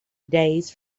days